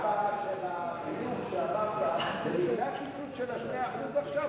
של החינוך שאמרת זה לפני הקיצוץ 2% עכשיו,